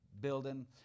building